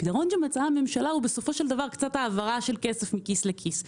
הפתרון שמצאה הממשלה הוא בסופו של דבר קצת העברה של כסף מכיס לכיס,